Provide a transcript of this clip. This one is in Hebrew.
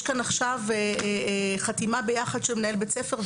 את העובדה שעכשיו יש חתימה שנעשית יחד עם מנהל בית ספר,